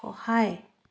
সহায়